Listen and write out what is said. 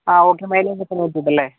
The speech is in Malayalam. ആ ഓക്കേ മൈലേജ് അത്രയും ഇരിക്കട്ടെ അല്ലേ